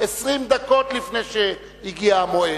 20 דקות לפני שהגיע המועד.